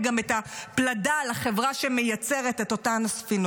עובדה שהשופרות באמת מזמרות את אותה מנגינה: